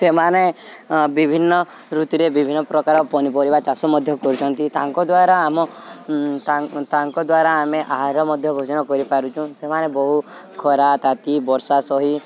ସେମାନେ ବିଭିନ୍ନ ଋତୁରେ ବିଭିନ୍ନ ପ୍ରକାର ପନିପରିବା ଚାଷ ମଧ୍ୟ କରୁଛନ୍ତି ତାଙ୍କ ଦ୍ୱାରା ଆମ ତାଙ୍କ ତାଙ୍କ ଦ୍ୱାରା ଆମେ ଆହାର ମଧ୍ୟ ଭୋଜନ କରିପାରୁଛୁ ସେମାନେ ବହୁ ଖରା ତାତି ବର୍ଷା ସହି